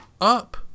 up